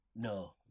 No